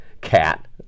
cat